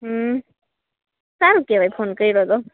હમ સારું કહેવાય ફોન કર્યો હતો